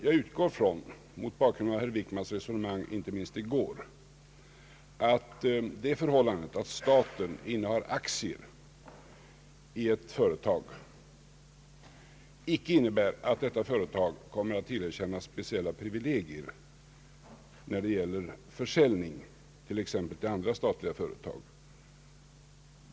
Mot bakgrund av statsrådet Wickmans resonemang i går utgår jag ifrån att den omständigheten att staten innehar aktier i ett företag icke innebär att detta företag kommer att tillerkännas speciella privilegier när det gäller försäljning till exempel till andra statliga företag.